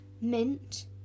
mint